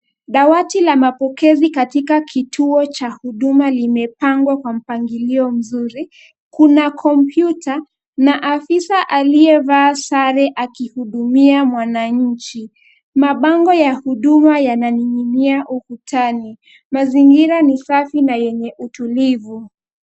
Dawati la mapokezi katika kituo cha huduma limepangwa kwa mpangilio mzuri. Kuna kompyuta na afisa aliyevaa sare akihudumia mwananchi. Mabango ya huduma yananing'inia ukutani. Mazingira ni safi na yenye utulivu.